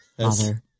Father